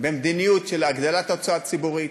במדיניות של הגדלת ההוצאה הציבורית,